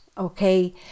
Okay